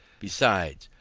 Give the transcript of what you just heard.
besides,